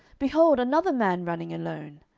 behold another man running alone.